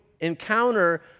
encounter